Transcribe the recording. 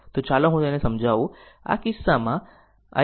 તો ચાલો હું આને સમજાવું